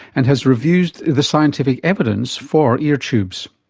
and has reviewed the scientific evidence for ear tubes.